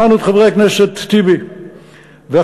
שמענו את חבר הכנסת טיבי ואחרים,